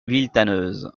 villetaneuse